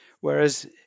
Whereas